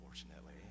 unfortunately